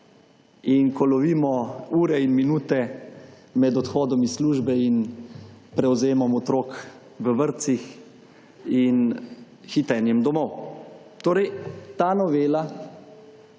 in ko lovimo ure in minute med odhodom iz službe in prevzemom otrok v vrtcih in hitenjem domov. Torej, ta novela